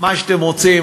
מה שאתם רוצים,